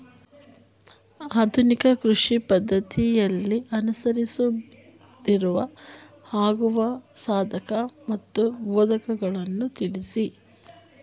ಆಧುನಿಕ ಕೃಷಿ ಪದ್ದತಿಯನ್ನು ಅನುಸರಿಸುವುದರಿಂದ ಆಗುವ ಸಾಧಕ ಮತ್ತು ಬಾಧಕಗಳನ್ನು ತಿಳಿಸಿ?